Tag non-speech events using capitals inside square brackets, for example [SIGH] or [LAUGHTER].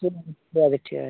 [UNINTELLIGIBLE] ঠিক আছে